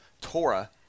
Torah